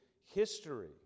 history